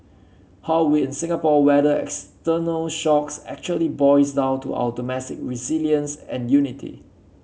how we in Singapore weather external shocks actually boils down to our domestic resilience and unity